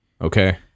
Okay